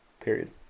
Period